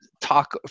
talk